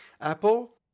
Apple